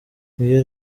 ngiyo